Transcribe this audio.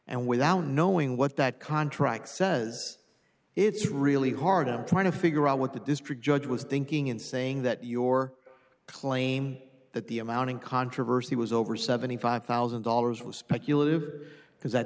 and without knowing what that contract says it's really hard i'm trying to figure out what the district judge was thinking in saying that your claim that the amounting controversy was over seventy five thousand dollars was speculative because that